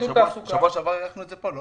בשבוע שעבר הארכנו את זה פה.